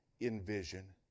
envision